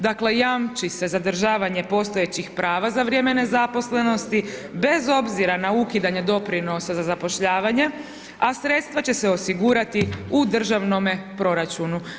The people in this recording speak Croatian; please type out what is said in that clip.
Dakle jamči se zadržavanje postojećih prava za vrijeme nezaposlenosti bez obzira na ukidanje doprinosa za zapošljavanje a sredstva će se osigurati u državnome proračunu.